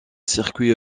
circuit